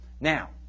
Now